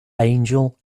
angel